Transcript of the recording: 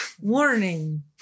Warning